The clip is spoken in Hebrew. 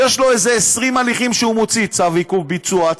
יש לו איזה 20 הליכים שהוא מוציא: צו עיכוב ביצוע,